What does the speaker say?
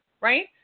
right